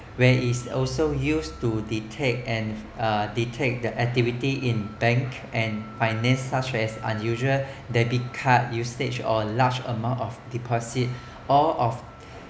where it's also used to detect and uh they take the activity in bank and finance such as unusual debit card usage on large amount of deposit or of